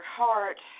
heart